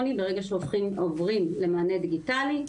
טפסים, טפסים דיגיטליים.